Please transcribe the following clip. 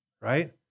right